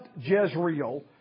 Jezreel